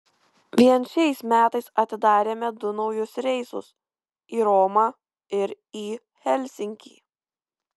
vien šiais metais atidarėme du naujus reisus į romą ir į helsinkį